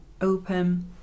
open